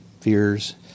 fears